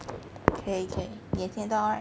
可以可以你也听得到 right